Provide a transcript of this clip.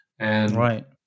Right